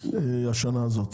בשנה הזו,